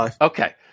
Okay